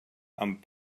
amb